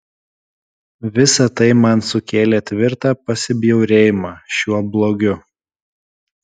visa tai man sukėlė tvirtą pasibjaurėjimą šiuo blogiu